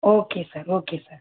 okay sir okay sir